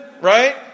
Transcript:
right